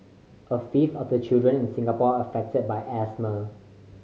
a fifth of the children in Singapore are affected by asthma